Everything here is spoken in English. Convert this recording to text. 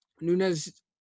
Nunez